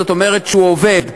זאת אומרת שהוא עובד,